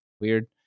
Weird